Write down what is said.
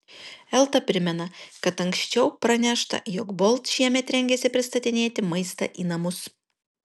elta primena kad anksčiau pranešta jog bolt šiemet rengiasi pristatinėti maistą į namus